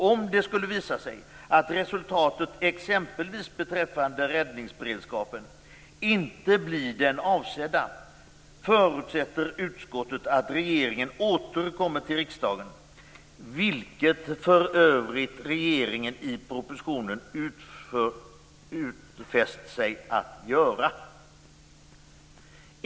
Om det skulle visa sig att resultatet, exempelvis beträffande räddningsberedskapen, inte blir det avsedda, förutsätter utskottet att regeringen återkommer till riksdagen i frågan, vilket för övrigt regeringen i propositionen utfäst sig att göra."